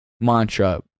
mantra